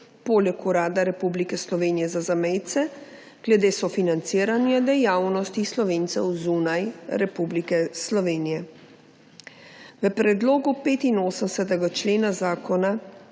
poleg Urada Republike Slovenije za zamejce glede sofinanciranja dejavnosti Slovencev zunaj Republike Slovenije. V predlogu 85. člena zakona